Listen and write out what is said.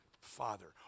Father